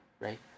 right